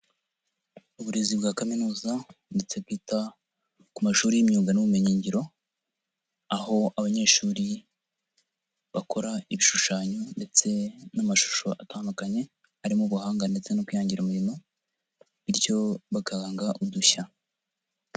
Uburezi bwa kaminuza ndetse bwita ku mashuri y'imyuga n'ubumenyingiro aho abanyeshuri bakora ibishushanyo ndetse n'amashusho atandukanye arimo ubuhanga ndetse no kwihangira imirimo bityo bagahanga udushya.